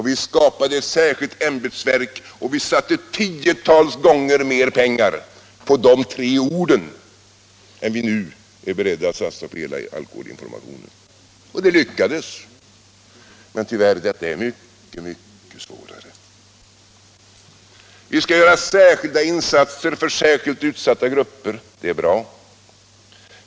Vi skapade ett särskilt ämbetsverk och vi satsade tiotals gånger mer pengar på dessa tre ord än vi nu är beredda att satsa på hela alkoholinformationen. Den gången lyckades man. Men detta är tyvärr mycket, mycket svårare. Vi skall göra särskilda insatser för särskilt utsatta grupper. Det är bra.